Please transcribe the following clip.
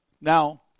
Now